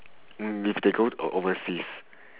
mm if they go o~ overseas